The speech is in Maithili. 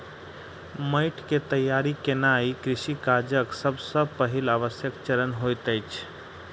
माइट के तैयार केनाई कृषि काजक सब सॅ पहिल आवश्यक चरण होइत अछि